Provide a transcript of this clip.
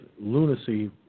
lunacy